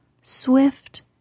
swift